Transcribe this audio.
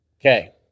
Okay